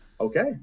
Okay